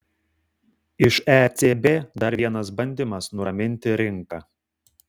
iš ecb dar vienas bandymas nuraminti rinką